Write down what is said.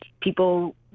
people